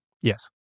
Yes